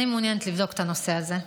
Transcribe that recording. אני מעוניינת לבדוק את הנושא הזה,